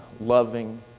loving